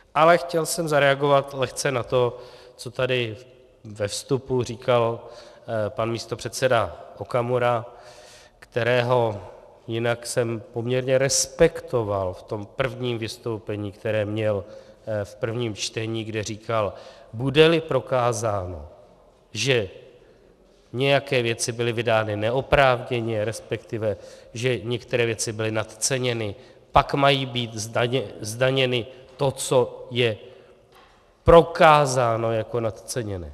Ale chtěl jsem zareagovat lehce na to, co tady ve vstupu říkal pan místopředseda Okamura, kterého jsem jinak poměrně respektoval v tom prvním vystoupení, které měl v prvním čtení, kde říkal: Budeli prokázáno, že nějaké věci byly vydány neoprávněně, respektive že některé věci byly nadceněny, pak mají být zdaněny, to, co je prokázáno jako nadceněné.